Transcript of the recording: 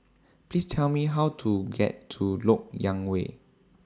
Please Tell Me How to get to Lok Yang Way